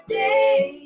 day